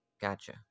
gotcha